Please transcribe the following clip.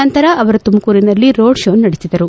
ನಂತರ ಅವರು ತುಮಕೂರಿನಲ್ಲಿ ರೋಡ್ ಷೋ ನಡೆಸಿದರು